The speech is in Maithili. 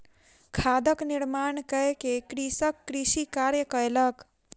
खादक निर्माण कय के कृषक कृषि कार्य कयलक